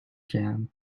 jam